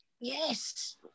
Yes